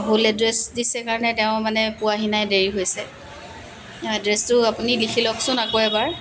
ভুল এড্ৰেছ দিছে কাৰণে তেওঁ মানে পোৱাহি নাই দেৰি হৈছে এড্ৰেছটো আপুনি লিখি লওকচোন আকৌ এবাৰ